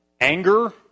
anger